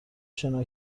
شنا